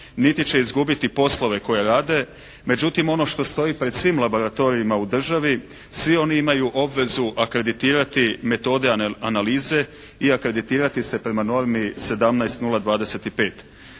niti će izgubiti poslove koje rade. Međutim, ono što stoji pred svim laboratorijima u državi svi oni imaju obvezu akreditirati metode analize i akreditirati se prema normi